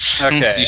Okay